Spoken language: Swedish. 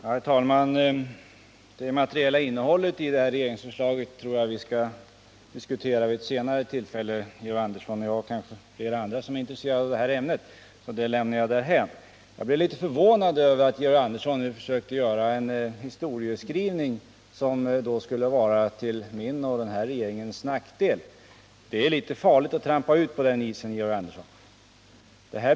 Herr talman! Det materiella innehållet i regeringsförslaget får vi diskutera vid ett senare tillfälle — Georg Andersson och jag och kanske flera andra som är intresserade av ämnet — så det lämnar jag därhän. Jag blir litet förvånad över att Georg Andersson nu försöker göra en historieskrivning som skulle vara till min och den här regeringens nackdel. Det är litet farligt att trampa ut på den isen, Georg Andersson.